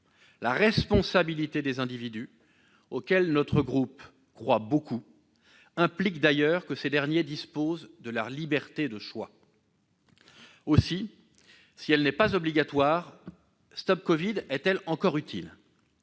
La responsabilité des individus, à laquelle notre groupe croit beaucoup, implique d'ailleurs que ces derniers disposent de leur liberté de choix. Aussi, si elle n'est pas obligatoire, StopCovid est-elle encore utile ?